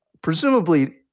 presumably,